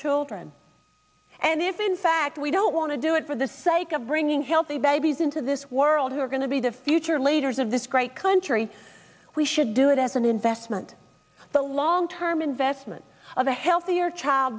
children and if in fact we don't want to do it for the sake of bringing healthy babies into this world who are going to be the future leaders of this great country we should do it as an investment the long term investment of a healthier child